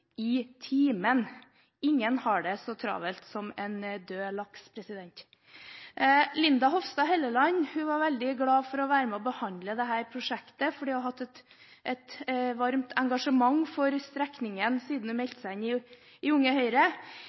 i timen. Ingen har det så travelt som en død laks. Representanten Linda Hofstad Helleland var veldig glad for å være med på å behandle dette prosjektet, fordi hun har hatt et varmt engasjement for strekningen siden hun meldte seg inn i Unge Høyre.